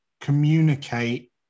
communicate